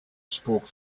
spoke